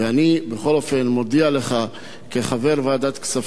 אני בכל אופן מודיע לך כחבר ועדת כספים,